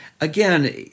again